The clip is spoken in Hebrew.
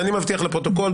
ואני מבטיח לפרוטוקול,